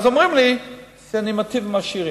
אז אומרים לי שאני מיטיב עם העשירים.